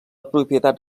propietat